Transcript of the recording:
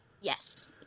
yes